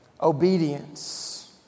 Obedience